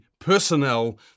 personnel